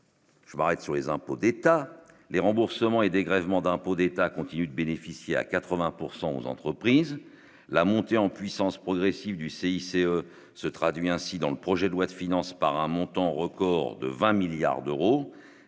Je m'arrête sur les impôts d'État les remboursements et dégrèvements d'impôts d'État continue de bénéficier à 80 pourcent aux entreprises, la montée en puissance progressive du CIC se traduit ainsi dans le projet de loi de finances par un montant record de 20 milliards d'euros,